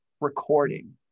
recording